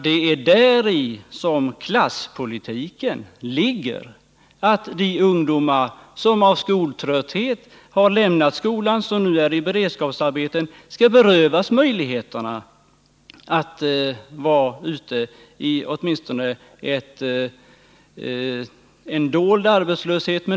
Det är däri klasspolitiken ligger — att de ungdomar som av skoltrötthet har lämnat skolan och nu har beredskapsarbete skall berövas möjligheterna att på detta sätt vara ute i arbetslivet, låt vara att det är en dold arbetslöshet.